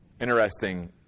Interesting